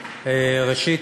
ראשית,